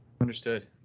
understood